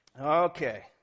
Okay